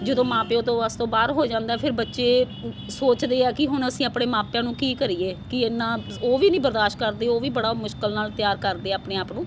ਜਦੋਂ ਮਾਂ ਪਿਓ ਤੋਂ ਵੱਸ ਤੋਂ ਬਾਹਰ ਹੋ ਜਾਂਦਾ ਫਿਰ ਬੱਚੇ ਸੋਚਦੇ ਆ ਕਿ ਹੁਣ ਅਸੀਂ ਆਪਣੇ ਮਾਪਿਆਂ ਨੂੰ ਕੀ ਕਰੀਏ ਕੀ ਇਨਾ ਉਹ ਵੀ ਨਹੀਂ ਬਰਦਾਸ਼ਤ ਕਰਦੇ ਉਹ ਵੀ ਬੜਾ ਮੁਸ਼ਕਿਲ ਨਾਲ ਤਿਆਰ ਕਰਦੇ ਆਪਣੇ ਆਪ ਨੂੰ